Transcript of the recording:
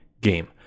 game